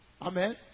Amen